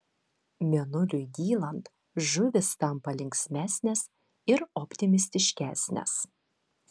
mėnuliui dylant žuvys tampa linksmesnės ir optimistiškesnės